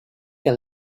can